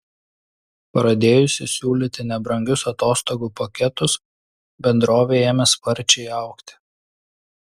pradėjusi siūlyti nebrangius atostogų paketus bendrovė ėmė sparčiai augti